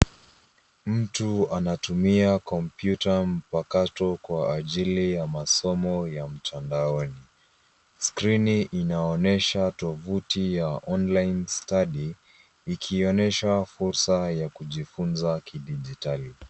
Mtu anatumia kompyuta mpakato kwa ajili ya masomo ya mtandaoni. Skrini inaonyesha tovuti ya online study ikionyesha fursa ya kujifunza kidijitali.